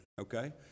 Okay